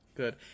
good